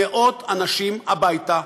אנשים הביתה,